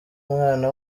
umwana